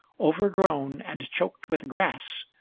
overgrown and choked with grass,